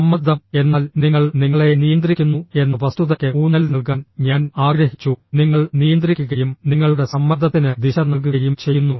സമ്മർദ്ദം എന്നാൽ നിങ്ങൾ നിങ്ങളെ നിയന്ത്രിക്കുന്നു എന്ന വസ്തുതയ്ക്ക് ഊന്നൽ നൽകാൻ ഞാൻ ആഗ്രഹിച്ചു നിങ്ങൾ നിയന്ത്രിക്കുകയും നിങ്ങളുടെ സമ്മർദ്ദത്തിന് ദിശ നൽകുകയും ചെയ്യുന്നു